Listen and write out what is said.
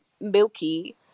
milky